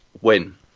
win